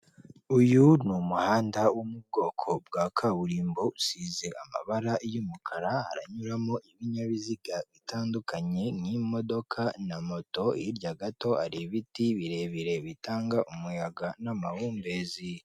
Uyu umuhanda wo mu bwoko bwa kaburimbo, usize amabara y'umukara, haranyuramo ibinyabiziga bitandukanye, n'imodoka, na moto hirya gato hari ibiti birebire bitanga umuyaga n'amahumbezi.